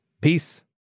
Peace